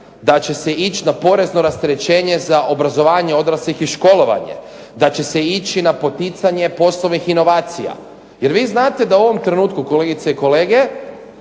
da će se ići na porezno rasterećenje za obrazovanje odraslih i školovanje, da će se ići na poticanje poslovnih inovacija. Jer vi znate da u ovom trenutku kolegice i kolege